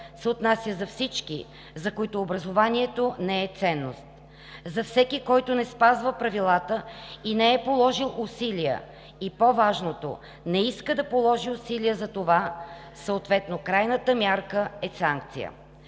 се отнася за всички, за които образованието не е ценност. За всеки, който не спазва правилата и не е положил усилия, и по-важното – не иска да положи усилия за това, съответно крайната мярка е санкции.